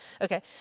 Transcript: Okay